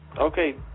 Okay